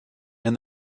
and